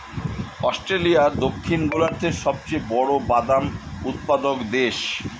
Australia দক্ষিণ গোলার্ধের সবচেয়ে বড় বাদাম উৎপাদক দেশ